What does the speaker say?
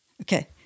Okay